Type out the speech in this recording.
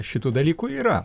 šitų dalykų yra